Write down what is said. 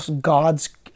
God's